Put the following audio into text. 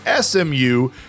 SMU